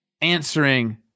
answering